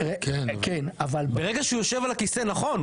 ברגע שהוא יושב על הכיסא נכון,